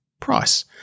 price